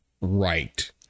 right